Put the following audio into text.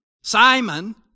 Simon